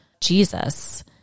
Jesus